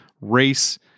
race